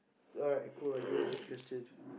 alright cool I get it next question